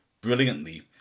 brilliantly